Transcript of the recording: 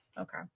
Okay